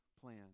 plan